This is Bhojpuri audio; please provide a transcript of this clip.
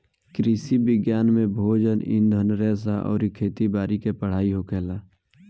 कृषि विज्ञान में भोजन, ईंधन रेशा अउरी खेती बारी के पढ़ाई होखेला